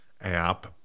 app